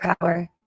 power